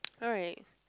alright